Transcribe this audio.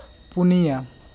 ᱯᱩᱱᱤᱭᱟ